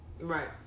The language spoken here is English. right